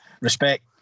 respect